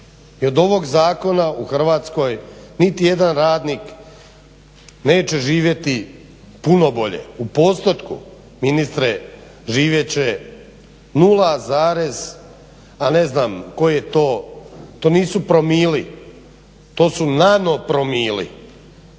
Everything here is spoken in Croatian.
I od ovog zakona u Hrvatskoj niti jedan radnik neće živjeti puno bolje, u postotku ministre živjet će 0, pa ne znam koji je to, to nisu promili, to su nanopromili,